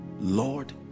lord